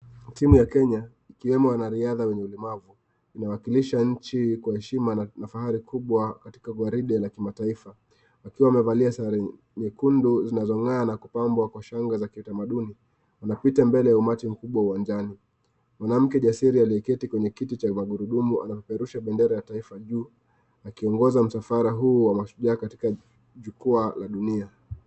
Timu ya Kenya, ikiwemo wanariadha wenye ulemavu, inawakilisha nchi kwa heshima na kwa ufahari mkubwa katika gwaride la kimataifa. Wakiwa wamevalia sare nyekundu zinazongaa na kupambwa kwa shanga za kitamaduni, wanapita mbele ya umati mkubwa uwanjani. Mwanamke jasiri aliyeketi kwenye kiti cha magurudumu anapeperusha bendera ya taifa juu akiongoza msafara huu wa mashujaa katika jukwaa la dunia.